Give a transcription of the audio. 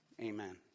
Amen